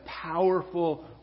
powerful